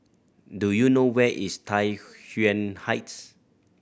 do you know where is Tai Yuan Heights